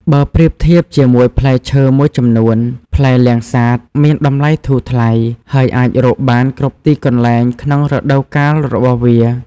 បើប្រៀបធៀបជាមួយផ្លែឈើមួយចំនួន ផ្លែលាំងសាតមានតម្លៃធូរថ្លៃ ហើយអាចរកបានគ្រប់ទីកន្លែងក្នុងរដូវកាលរបស់វា។